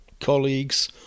colleagues